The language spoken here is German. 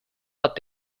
hat